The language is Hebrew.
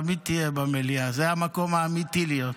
תמיד תהיה במליאה, זה המקום האמיתי להיות.